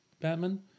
Batman